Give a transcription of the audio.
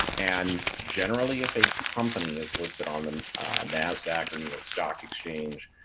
and generally, if a company is listed on the nasdaq or new york stock exchange.